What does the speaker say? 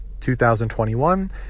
2021